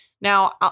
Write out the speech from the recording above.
Now